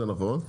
זה נכון,